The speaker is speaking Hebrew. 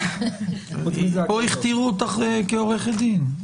פה הכתירו אותך כעורכת דין.